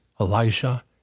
Elijah